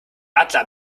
adler